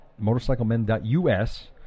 motorcyclemen.us